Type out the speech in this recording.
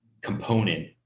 component